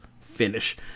finish